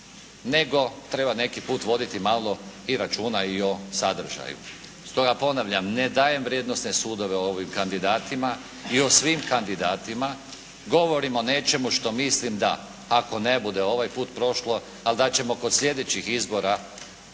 nego treba neki put voditi malo i računa i o sadržaju. Stoga ponavljam, ne dajem vrijednosne sudove o ovim kandidatima i o svim kandidatima, govorim o nečemu što mislim da ako ne bude ovaj puta prošlo, ali da ćemo kod sljedećih izbora